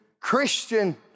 Christian